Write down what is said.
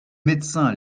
médecins